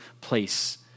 place